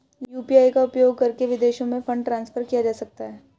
UPI का उपयोग करके विदेशों में फंड ट्रांसफर किया जा सकता है?